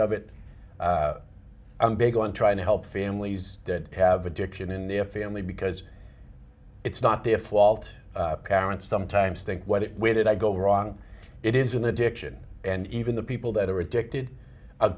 of it i'm big on trying to help families that have addiction in their family because it's not their fault parents sometimes think what it where did i go wrong it is an addiction and even the people that are addicted